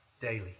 daily